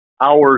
hours